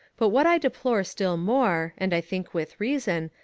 but what i deplore still more, and i think with reason,